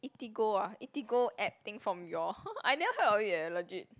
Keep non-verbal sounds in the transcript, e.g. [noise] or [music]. Eatigo ah Eatigo app thing from you all [laughs] I never heard of it eh legit